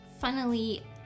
Funnily